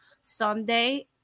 Sunday